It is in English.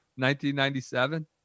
1997